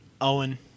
Owen